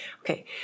Okay